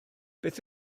beth